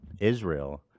israel